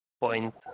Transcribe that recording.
point